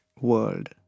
world